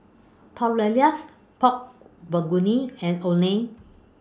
Tortillas Pork Bulgogi and Oden